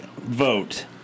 Vote